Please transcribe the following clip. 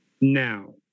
Now